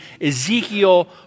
Ezekiel